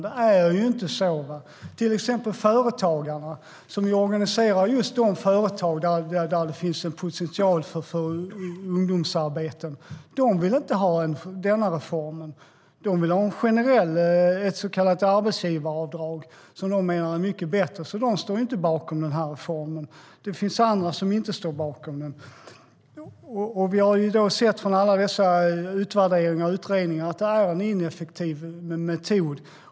Företagarna, till exempel, som organiserar just de företag där det finns en potential för ungdomsarbeten, vill inte ha denna reform. De vill ha en generell åtgärd, ett så kallat arbetsgivaravdrag, som de menar är mycket bättre. De står alltså inte bakom denna reform, och det finns också andra som inte står bakom den. Vi har sett i alla dessa utvärderingar och utredningar att det är en ineffektiv metod.